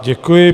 Děkuji.